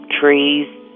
trees